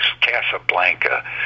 Casablanca